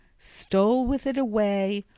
stole with it away,